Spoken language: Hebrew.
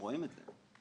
הם רואים את זה.